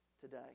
today